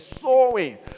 sowing